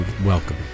Welcome